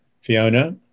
Fiona